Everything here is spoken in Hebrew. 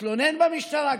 תתלונן במשטרה,